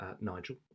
Nigel